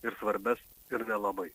ir svarbias ir nelabai